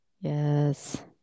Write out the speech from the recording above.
Yes